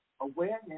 awareness